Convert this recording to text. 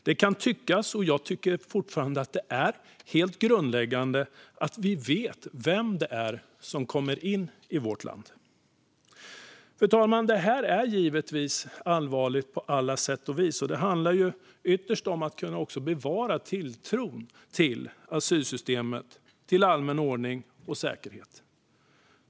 Det kan tyckas - det tycker jag fortfarande - vara grundläggande att vi vet vem det är som kommer in i vårt land. Fru talman! Det här är givetvis allvarligt på alla sätt och vis. Det handlar ytterst om att bevara tilltron till asylsystemet och allmän ordning och säkerhet.